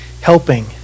helping